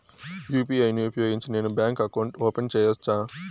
UPI ను ఉపయోగించి నేను బ్యాంకు అకౌంట్ ఓపెన్ సేయొచ్చా?